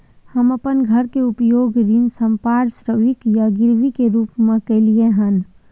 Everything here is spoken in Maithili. हम अपन घर के उपयोग ऋण संपार्श्विक या गिरवी के रूप में कलियै हन